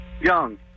Young